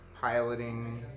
piloting